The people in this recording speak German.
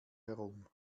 herum